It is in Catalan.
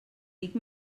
dic